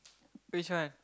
which one